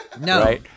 No